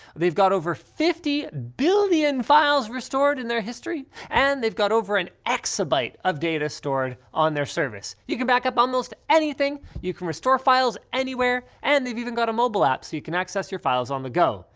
they've got over fifty billion files restored in their history, and they've got over an exabyte of data stored on their service. you can backup almost anything, you can restore files, anywhere, and they've even got a mobile app so you can access your files on the go.